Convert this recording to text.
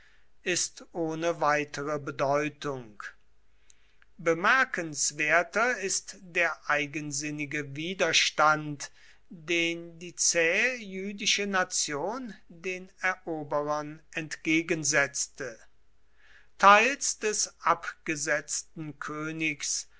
ist ohne weitere bedeutung bemerkenswerter ist der eigensinnige widerstand den die zähe jüdische nation den eroberern entgegensetzte teils des abgesetzten königs